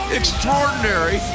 extraordinary